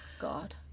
god